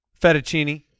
fettuccine